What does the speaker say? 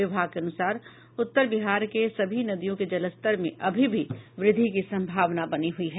विभाग के अनुसार उत्तर बिहार के सभी नदियों के जलस्तर में अभी भी वृद्धि की सम्भावना बनी हुई है